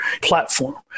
platform